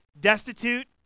destitute